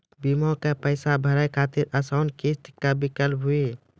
बीमा के पैसा भरे खातिर आसान किस्त के का विकल्प हुई?